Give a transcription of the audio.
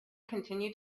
continued